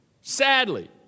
sadly